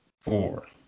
Four